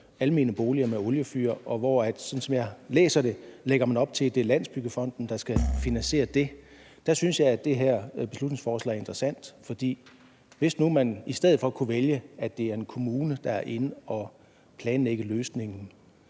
almene boliger med oliefyr, lægger op til, sådan som jeg læser det, at det er Landsbyggefonden, der skal finansiere det. Der synes jeg, at det her beslutningsforslag er interessant, for hvis nu man i stedet for kunne vælge, at det er en kommune, der er inde at planlægge løsningen,